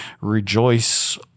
rejoice